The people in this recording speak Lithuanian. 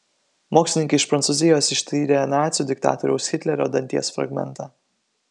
mokslininkai iš prancūzijos ištyrė nacių diktatoriaus hitlerio danties fragmentą